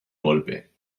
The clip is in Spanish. golpe